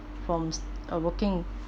from uh working